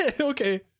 Okay